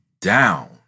down